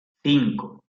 cinco